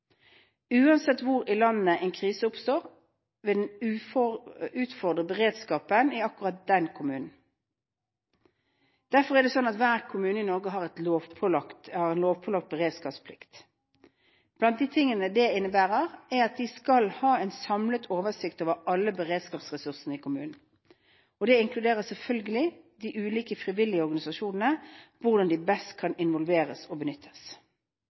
Uansett hvor i landet en krise oppstår, vil den utfordre beredskapen i akkurat den kommunen. Derfor er det sånn at hver kommune i Norge har en lovpålagt beredskapsplikt. Blant de tingene det innebærer, er at de skal ha en samlet oversikt over alle beredskapsressursene i kommunen. Dette inkluderer selvfølgelig de ulike frivillige organisasjonene og hvordan de best kan involveres og benyttes.